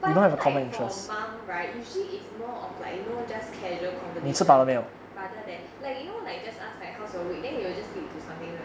but I feel like for mum right usually it's more of like you know just casual conversation rather than like you know like just ask like how's your week then it will just lead to something right